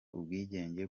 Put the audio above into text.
ubwigenge